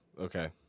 okay